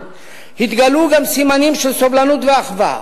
התגלו גם סימנים של סובלנות ואחווה.